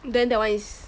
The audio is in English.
then that one is